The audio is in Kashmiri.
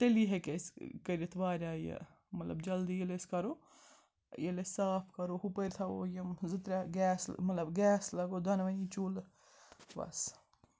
تیٚلی ہیٚکہِ أسۍ کٔرِتھ وارِیاہ یہِ مطلب جلدی ییٚلہِ أسۍ کَرو ییٚلہِ أسۍ صاف کَرو ہُپٲرۍ تھَوَو یِم زٕ ترٛےٚ گیس مطلب گیس لَگو دۄنوٕنی چوٗلہٕ بَس